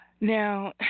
Now